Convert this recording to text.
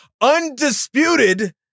undisputed